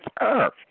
earth